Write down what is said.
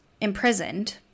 imprisoned